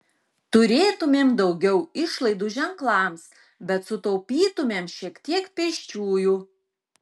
turėtumėm daugiau išlaidų ženklams bet sutaupytumėm šiek tiek pėsčiųjų